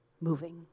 moving